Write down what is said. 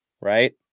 Right